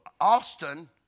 Austin